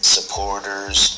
Supporters